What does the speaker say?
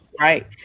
Right